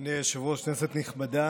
אדוני היושב-ראש, כנסת נכבדה,